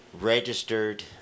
registered